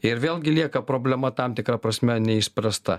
ir vėlgi lieka problema tam tikra prasme neišspręsta